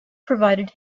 provided